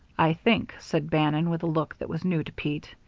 i think, said bannon, with a look that was new to pete,